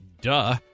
duh